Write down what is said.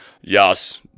yes